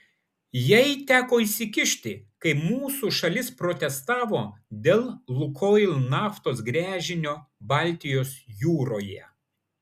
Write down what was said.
jai teko įsikišti kai mūsų šalis protestavo dėl lukoil naftos gręžinio baltijos jūroje